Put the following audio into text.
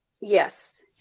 Yes